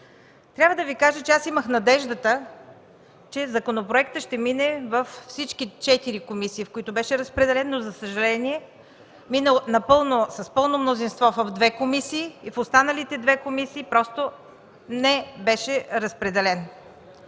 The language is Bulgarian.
Трябва да Ви кажа, че имах надеждата, че законопроектът ще мине във всички четири комисии, на които беше разпределен. За съжаление, мина с пълно мнозинство в две комисии, в останалите две комисии просто не беше разпределен.